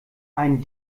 ein